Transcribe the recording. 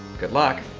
good luck!